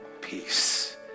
peace